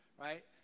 Right